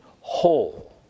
whole